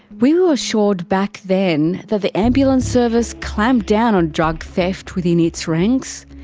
we were assured back then that the ambulance service clamped down on drug theft within its ranks.